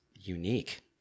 unique